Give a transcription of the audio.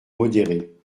modérée